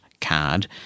card